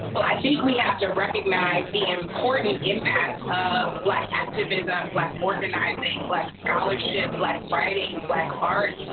well, i think we have to recognize the important impact of black activism, black organizing, black scholarship, black writing, black art,